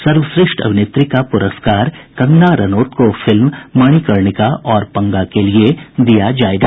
सर्वश्रेष्ठ अभिनेत्री का प्रस्कार कंगना रनौत को फिल्म मणिकर्णिका और पंगा के लिए दिया जायेगा